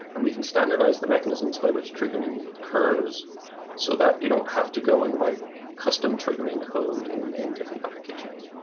and we can standardize the mechanisms by which triggering occurs so that you don't have to go and write custom-triggering code in in different applications.